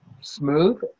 smooth